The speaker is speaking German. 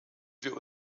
wir